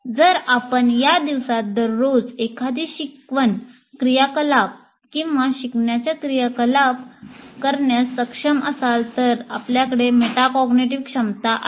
जर आपण या दिवसात दररोज एखादी शिकवण क्रियाकलाप किंवा शिकवण्याच्या क्रियाकलाप करण्यास सक्षम असाल तर आपल्याकडे मेटाकॉग्निटिव्ह क्षमता आहे